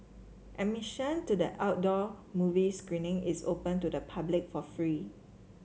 admission to the outdoor movie screening is open to the public for free